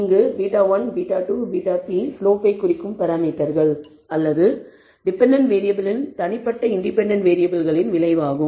இங்கு β1 β2 βp ஸ்லோப்பை குறிக்கும் பராமீட்டர்கள் அல்லது டிபெண்டன்ட் வேறியபிளில் தனிப்பட்ட இண்டிபெண்டன்ட் வேறியபிள்களின் விளைவாகும்